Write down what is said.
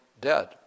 dead